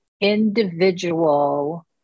individual